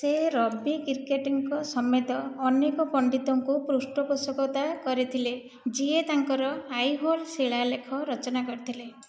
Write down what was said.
ସେ ରବିକିର୍ଟିଙ୍କ ସମେତ ଅନେକ ପଣ୍ଡିତଙ୍କୁ ପୃଷ୍ଠପୋଷକତା କରିଥିଲେ ଯିଏ ତାଙ୍କର ଆଇହୋଲ୍ ଶିଳାଲେଖ ରଚନା କରିଥିଲେ